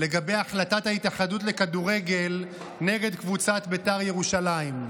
לגבי החלטת ההתאחדות לכדורגל נגד קבוצת בית"ר ירושלים.